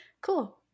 cool